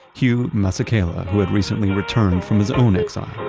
hugh masakela who had recently returned from his own exile.